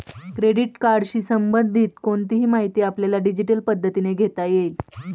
credit कार्डशी संबंधित कोणतीही माहिती आपल्याला डिजिटल पद्धतीने घेता येईल